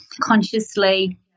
consciously